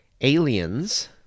Aliens